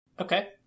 Okay